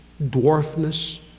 dwarfness